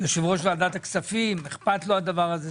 יושב-ראש ועדת הכספים אכפת לו הדבר הזה.